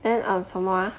an ugh 什么 ah